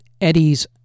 Eddie's